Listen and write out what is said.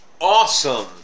awesome